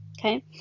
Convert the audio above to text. okay